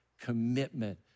commitment